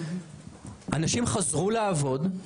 אנשים חזרו לעבוד,